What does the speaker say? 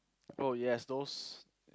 oh yes those